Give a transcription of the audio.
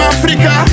Africa